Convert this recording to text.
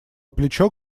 плечо